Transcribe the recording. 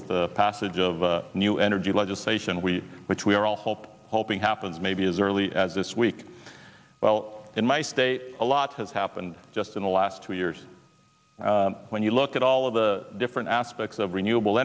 with the passage of new energy legislation we which we are all hope hoping happens maybe as early as this week well in my state a lot has happened just in the last two years when you look at all of the different aspects of renewable